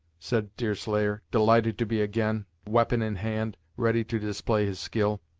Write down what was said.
said deerslayer, delighted to be again, weapon in hand, ready to display his skill.